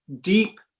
deep